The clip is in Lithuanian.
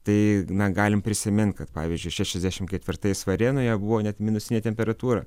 tai na galim prisimint kad pavyzdžiui šešiasdešimt ketvirtais varėnoje buvo net minusinė temperatūra